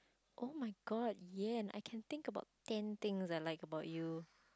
oh-my-god yen I can think about ten things I like about you